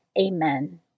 Amen